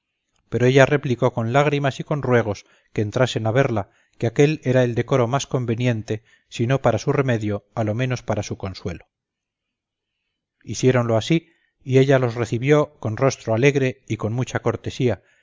pero ella replicó con lágrimas y con ruegos que entrasen a verla que aquél era el decoro más conveniente si no para su remedio a lo menos para su consuelo hiciéronlo así y ella los recibió con rostro alegre y con mucha cortesía